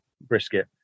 brisket